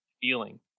feeling